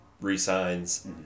re-signs